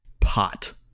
Pot